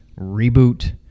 reboot